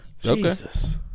Jesus